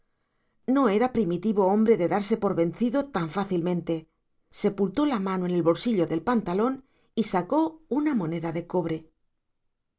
no era primitivo hombre de darse por vencido tan fácilmente sepultó la mano en el bolsillo del pantalón y sacó una moneda de cobre